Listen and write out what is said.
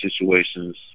situations